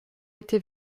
été